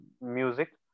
music